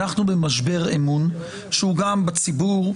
אנחנו במשבר אמון שהוא גם בציבור,